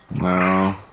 No